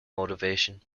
motivation